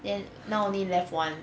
then now only left one